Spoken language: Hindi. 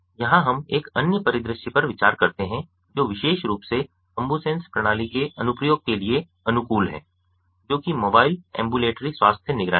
यहां हम एक अन्य परिदृश्य पर विचार करते हैं जो विशेष रूप से अम्बुसेन्स प्रणाली के अनुप्रयोग के लिए अनुकूल है जो कि मोबाइल एम्बुलेटरी स्वास्थ्य निगरानी है